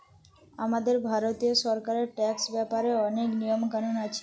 আমাদের ভারতীয় সরকারের ট্যাক্স ব্যাপারে অনেক নিয়ম কানুন আছে